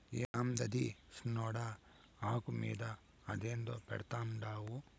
యాందది సిన్నోడా, ఆకు మీద అదేందో పెడ్తండావు